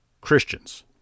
Christians